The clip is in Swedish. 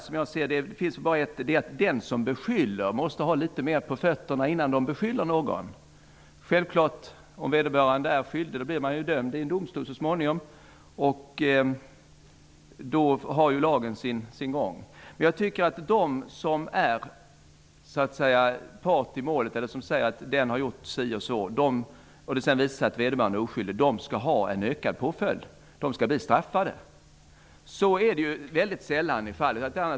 Som jag ser det måste de som beskyller någon ha litet mer på fötterna innan de gör det. Om någon är skyldig blir denne så småningom dömd i en domstol. Rättvisan har sin gång. De som påstår att någon har gjort si eller så skall om det sedan visar sig att vederbörande är oskyldig ha en skärpt påföljd. De skall bli straffade. Så är det väldigt sällan. Det finns ett annat fall.